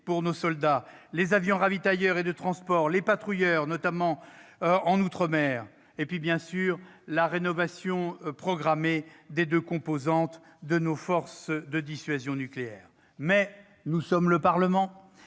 pour nos soldats, les avions ravitailleurs et de transport, les patrouilleurs, notamment en outre-mer et, bien sûr, la rénovation programmée des deux composantes de nos forces de dissuasion nucléaire. Mais les parlementaires